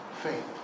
faith